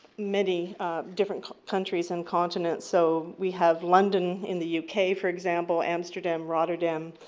many different countries and continents so we have london in the u k, for example, amsterdam, rotterdam,